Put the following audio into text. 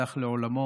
הלך לעולמו